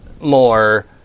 more